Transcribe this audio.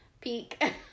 peak